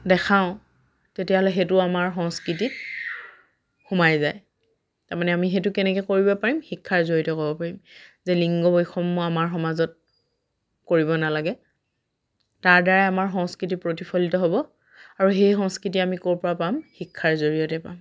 দেখাও তেতিয়াহ'লে সেইটোও আমাৰ সংস্কৃতিত সোমাই যায় তাৰমানে আমি সেইটো কেনেকে কৰিব পাৰিম শিক্ষাৰ জৰিয়তে কৰিব পাৰিম যে লিংগ বৈষম্য আমাৰ সমাজত কৰিব নালাগে তাৰ দ্বাৰাই আমাৰ সংস্কৃতি প্ৰতিফলিত হ'ব আৰু সেই সংস্কৃতি আমি ক'ৰপৰা পাম শিক্ষাৰ জৰিয়তে পাম